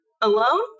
alone